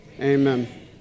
Amen